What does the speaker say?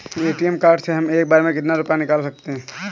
ATM card से हम एक बार में कितना रुपया निकाल सकते हैं?